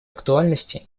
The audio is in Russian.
актуальности